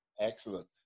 Excellent